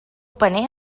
paner